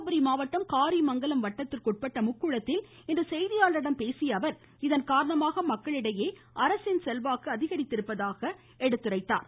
தர்மபுரி மாவட்டம் காரிமங்கலம் வட்டத்திற்குட்பட்ட முக்குளத்தில் இன்று செய்தியாளர்களிடம் பேசிய அவர் இதன்காரணமாக மக்களிடையே அரசின் செல்வாக்கு அதிகரித்திருப்பதாக சுட்டிக்காட்டினார்